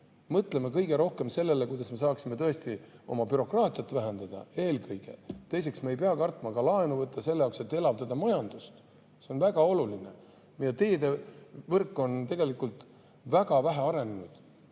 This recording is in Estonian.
Mõtleme eelkõige sellele, kuidas me saaksime tõesti oma bürokraatiat vähendada. Teiseks, me ei pea kartma ka laenu võtta selleks, et elavdada majandust. See on väga oluline. Meie teedevõrk on tegelikult väga vähe arenenud.